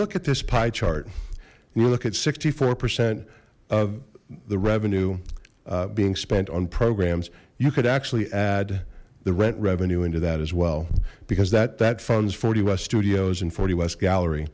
look at this pie chart you look at sixty four percent of the revenue being spent on programs you could actually add the rent revenue into that as well because that that funds forty west studios and forty west gallery